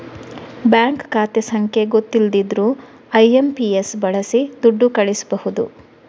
bank ಖಾತೆ ಸಂಖ್ಯೆ ಗೊತ್ತಿಲ್ದಿದ್ರೂ ಐ.ಎಂ.ಪಿ.ಎಸ್ ಬಳಸಿ ದುಡ್ಡು ಕಳಿಸ್ಬಹುದು